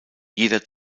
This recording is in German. jeder